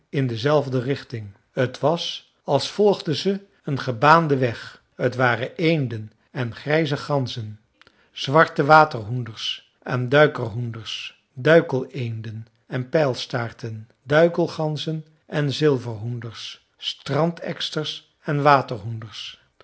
in dezelfde richting t was als volgden ze een gebaanden weg t waren eenden en grijze ganzen zwarte waterhoenders en duikerhoenders duikeleenden en pijlstaarten duikelganzen en zilverhoenders strandeksters en